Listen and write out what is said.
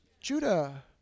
Judah